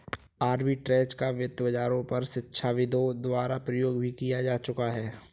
arbitrage का वित्त बाजारों पर शिक्षाविदों द्वारा प्रयोग भी किया जा चुका है